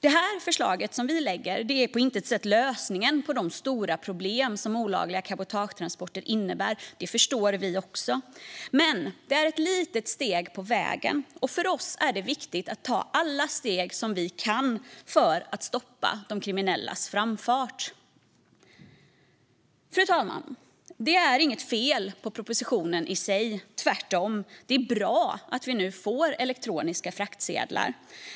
Det förslag som vi lägger fram är på intet sätt lösningen på de stora problem som olagliga cabotagetransporter innebär. Det förstår vi också. Men det är ett litet steg på vägen, och för oss är det viktigt att ta alla steg vi kan för att stoppa de kriminellas framfart. Fru talman! Det är inget fel på propositionen i sig. Tvärtom - det är bra att vi nu får elektroniska fraktsedlar.